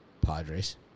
Padres